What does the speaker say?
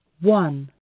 one